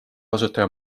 asutaja